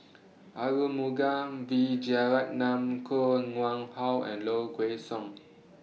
Arumugam Vijiaratnam Koh Nguang How and Low Kway Song